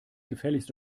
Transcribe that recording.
gefälligst